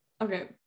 Okay